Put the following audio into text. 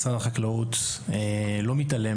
משרד החקלאות לא מתעלם,